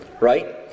Right